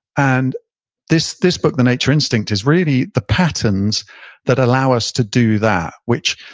and this this book, the nature instinct, is really the patterns that allow us to do that, which,